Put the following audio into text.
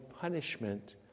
punishment